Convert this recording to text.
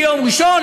ביום ראשון,